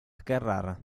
carrara